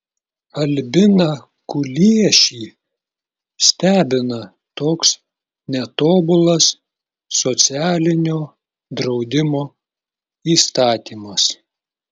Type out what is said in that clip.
albiną kuliešį stebina toks netobulas socialinio draudimo įstatymas